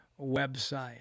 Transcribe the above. website